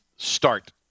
Start